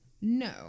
No